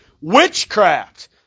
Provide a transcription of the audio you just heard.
witchcraft